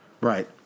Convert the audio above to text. Right